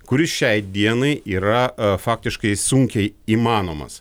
kuris šiai dienai yra faktiškai sunkiai įmanomas